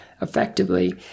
effectively